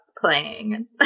playing